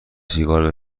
سیگار